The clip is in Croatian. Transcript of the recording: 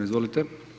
Izvolite.